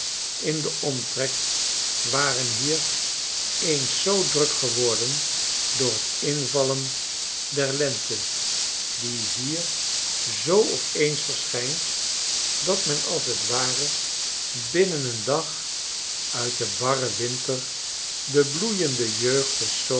in den omtrek waren hier eens zoo druk geworden door t invallen der lente die hier zoo op eens verschijnt dat men als t ware binnen een dag uit den barren winter de bloeiende jeugd des